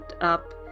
up